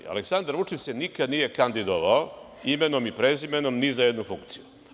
Aleksandar Vučić se nikad nije kandidovao imenom i prezimenom ni za jednu funkciju.